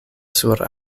sur